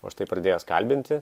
o štai pradėjęs kalbinti